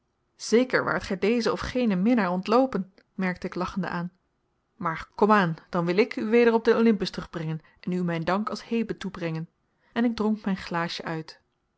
zeker waart gij dezen of genen minnaar ontloopen merkte ik lachende aan maar komaan dan wil ik u weder op den olympus terugbrengen en u mijn dank als hebe toebrengen en ik dronk mijn glaasje uit